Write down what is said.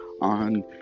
on